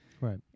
Right